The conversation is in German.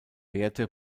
werte